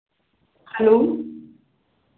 hello